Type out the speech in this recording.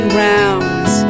rounds